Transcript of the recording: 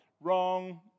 Wrong